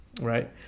Right